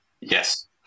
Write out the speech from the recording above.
Yes